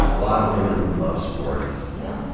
a lot of women love sports. yeah